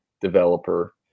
developer